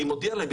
אני מודיע להם.